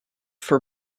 for